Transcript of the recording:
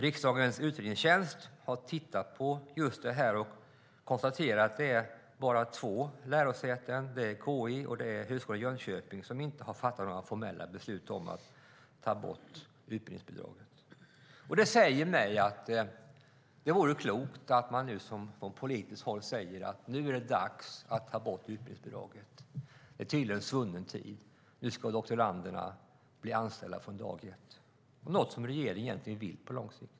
Riksdagens utredningstjänst har tittat på just det och konstaterar att det bara är två lärosäten - KI och Högskolan i Jönköping - som inte har fattat några formella beslut om att ta bort utbildningsbidraget. Det säger mig att det vore klokt att man från politisk håll säger: Nu är det dags att ta bort utbildningsbidraget. Det tillhör en svunnen tid. Nu ska doktoranderna bli anställda från dag ett. Det är egentligen någonting som regeringen vill på lång sikt.